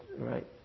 Right